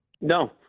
No